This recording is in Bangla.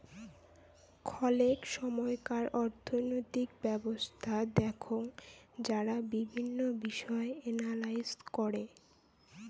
খলেক সময়কার অর্থনৈতিক ব্যবছস্থা দেখঙ যারা বিভিন্ন বিষয় এনালাইস করে